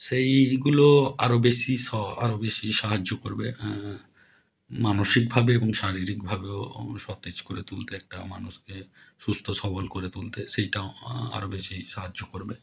সেইগুলো আরো বেশি স আরো বেশি সাহায্য করবে মানসিকভাবে এবং শারীরিকভাবেও ও সতেজ করে তুলতে একটা মানুষকে সুস্থ সবল করে তুলতে সেইটাও আরো বেশি সাহায্য করবে